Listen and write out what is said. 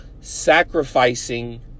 sacrificing